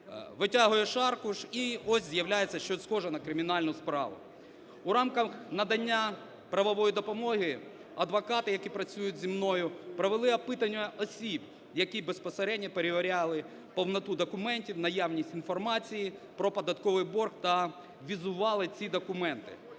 витягуєш аркуш, і ось з'являється щось схоже на кримінальну справу. У рамках надання правової допомоги адвокати, які працюють зі мною, провели опитування осіб, які безпосередньо перевіряли повноту документів, наявність інформації про податковий борг та візували ці документи.